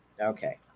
Okay